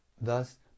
thus